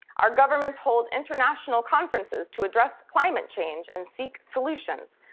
our governments hold international conferences to address climate change and seek solutions.